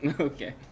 Okay